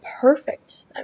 perfect